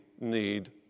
need